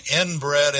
inbred